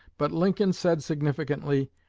but lincoln said significantly,